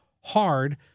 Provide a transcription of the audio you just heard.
hard